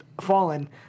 fallen